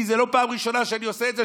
כי זו לא פעם ראשונה שאני עושה את זה,